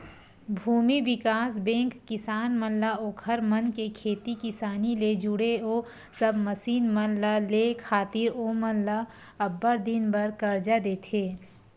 भूमि बिकास बेंक किसान मन ला ओखर मन के खेती किसानी ले जुड़े ओ सब मसीन मन ल लेय खातिर ओमन ल अब्बड़ दिन बर करजा देथे